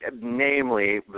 namely